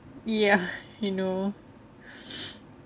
ya you know